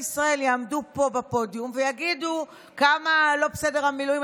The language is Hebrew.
ישראל יעמדו פה בפודיום ויגידו: כמה לא בסדר המילואים,